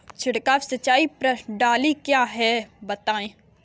छिड़काव सिंचाई प्रणाली क्या है बताएँ?